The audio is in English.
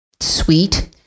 sweet